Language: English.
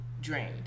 drained